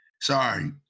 Sorry